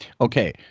Okay